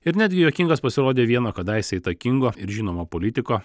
ir netgi juokingas pasirodė vieno kadaise įtakingo ir žinomo politiko